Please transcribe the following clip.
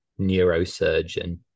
neurosurgeon